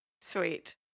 Sweet